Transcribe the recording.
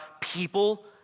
people